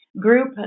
group